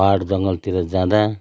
पाहाड जङ्गलतिर जाँदा